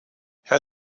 herr